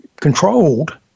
controlled